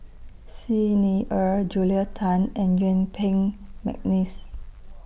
Xi Ni Er Julia Tan and Yuen Peng Mcneice